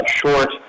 short